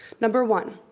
number one.